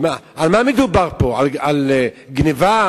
על מה מדובר פה, על גנבה?